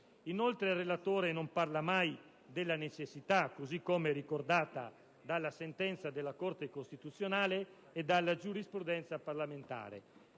Inoltre, il relatore non parla mai del criterio di necessità, così come ricordato dalla sentenza della Corte costituzionale e dalla giurisprudenza parlamentare.